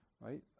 right